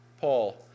Paul